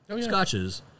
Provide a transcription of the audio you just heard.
scotches